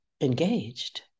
engaged